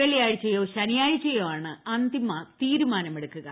വെള്ളിയാഴ്ചയോ ശനിയാഴ്ചയോ ആണ് അന്തിമ തീരുമാനമെടുക്കുക